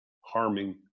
harming